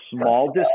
small